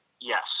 yes